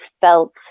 felt